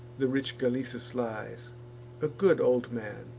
the rich galesus lies a good old man,